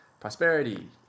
prosperity